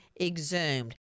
exhumed